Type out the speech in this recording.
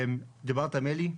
"דיברת עם אלי?",